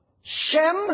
Shem